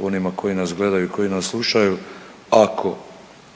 onima koji nas gledaju i koji nas slušaju, ako